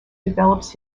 develops